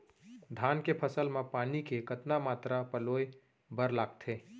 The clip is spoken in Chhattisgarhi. धान के फसल म पानी के कतना मात्रा पलोय बर लागथे?